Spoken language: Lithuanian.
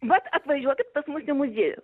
vat atvažiuokit pas mus į muziejų